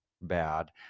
bad